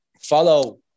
follow